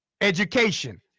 Education